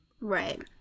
Right